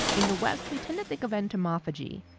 in the west, we tend to think of entomophagy,